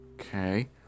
Okay